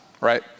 right